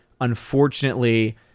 Unfortunately